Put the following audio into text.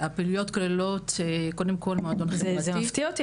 הפעילויות כוללות קודם כל מועדון חברתי --- הסכום מפתיע אותי,